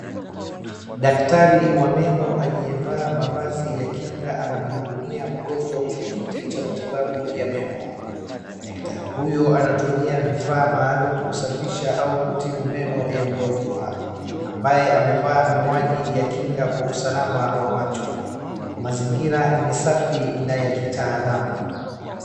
Daktari wa meno aliyevaa mavazi ya kinga anamhudumia mgonjwa kwenye kiti cha matibabu ya meno. Daktari huyo anatumia vifaa maalum kusafisha au kutibu meno ya mgonjwa, ambaye amevaa miwani ya kinga kwa usalama wa macho. Mazingira ni safi na ya kitaalamu.